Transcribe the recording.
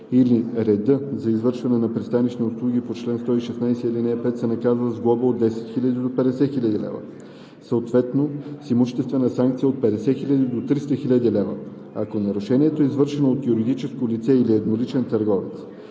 или реда за извършване на пристанищни услуги по чл. 116, ал. 5, се наказва с глоба от 10 000 до 50 000 лв., съответно с имуществена санкция от 50 000 до 300 000 лв., ако нарушението е извършено от юридическо лице или едноличен търговец.